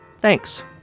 Thanks